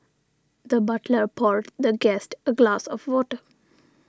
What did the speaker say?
the butler poured the guest a glass of water